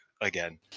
again